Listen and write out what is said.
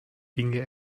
dinge